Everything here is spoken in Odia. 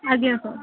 ଆଜ୍ଞା ସାର୍